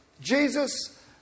Jesus